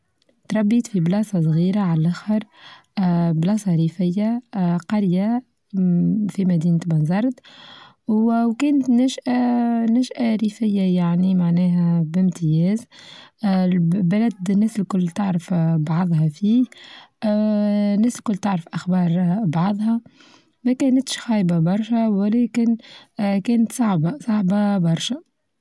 أتربيت في بلاصة صغيرة عاللاخر بلاصة ريفية قرية في مدينة بنزرت، وكانت نشأه-نشأه ريفية يعني معناها بامتياز بلد الناس الكل تعرف بعظها فيه، الناس الكل تعرف أخبار بعظها ما كانتش خايبة برشا ولكن كانت صعبة صعبة برشا.